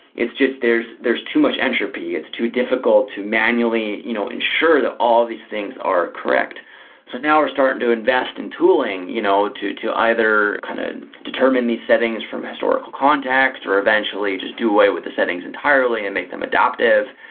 it's just there's there's too much entropy. it's too difficult to manually you know ensure ensure that all of these things are correct. so now we're starting to invest in tooling you know to either kind of determine these settings from historical context or eventually just do away with the settings entirely and make them adaptive.